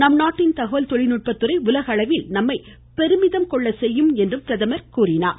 நம்நாட்டின் தகவல் தொழில்நுட்பத்துறை உலகளவில் நம்மை பெருமிதம் கொள்ள செய்யும் என்றும் பிரதமர் நம்பிக்கை தெரிவித்தார்